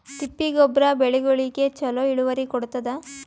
ತಿಪ್ಪಿ ಗೊಬ್ಬರ ಬೆಳಿಗೋಳಿಗಿ ಚಲೋ ಇಳುವರಿ ಕೊಡತಾದ?